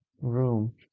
room